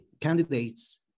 candidates